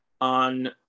on